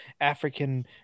African